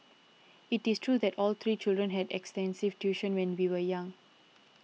it is true that all three children had extensive tuition when we were young